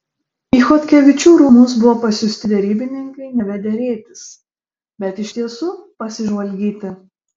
į chodkevičių rūmus buvo pasiųsti derybininkai neva derėtis bet iš tiesų pasižvalgyti